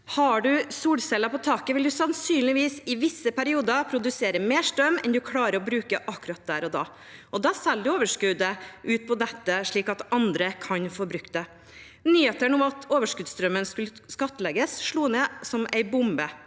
Har man solceller på taket, vil man sannsynligvis i visse perioder produsere mer strøm enn man klarer å bruke akkurat der og da, og da selger man overskuddet ute på nettet, slik at andre kan få brukt det. Nyhetene om at overskuddsstrømmen skulle skattlegges, slo ned som en bombe